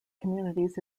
communities